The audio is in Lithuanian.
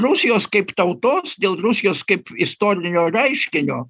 rusijos kaip tautos dėl rusijos kaip istorinio reiškinio